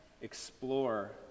explore